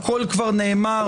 הכול כבר נאמר.